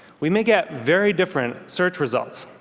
we may get very different search results.